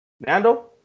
Nando